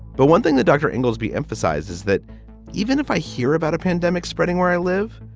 but one thing the dr. inglesby emphasizes that even if i hear about a pandemic spreading where i live,